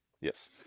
Yes